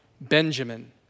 Benjamin